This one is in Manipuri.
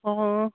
ꯑꯣ